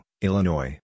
Illinois